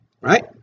Right